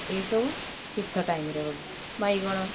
ଏସବୁ ଶୀତ ଟାଇମ୍ରେ ବାଇଗଣ